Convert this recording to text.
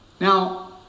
Now